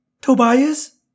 Tobias